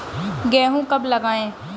गेहूँ कब लगाएँ?